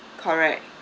correct